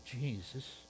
Jesus